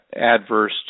adverse